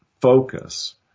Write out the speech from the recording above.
focus